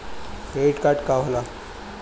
Credit card का होला?